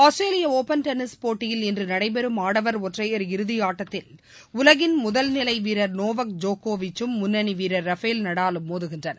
ஆஸ்திரேலிய open tennis போட்டியில் இன்று நடைபெறும் ஆடவர் ஒற்றையர் இறுதி ஆட்டத்தில் உலகின் முதல் நிலை வீரர் நோவாக் ஜோக்கோவிக் ம் முன்னணி வீரர் ரபேல் நடாலும் மோதுகின்றனர்